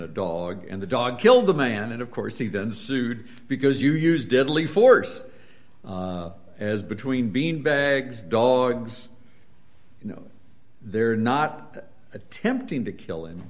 a dog and the dog killed the man and of course he then sued because you use deadly force as between beanbags dogs you know they're not attempting to kill him